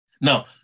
Now